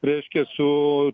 reiškia su